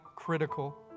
critical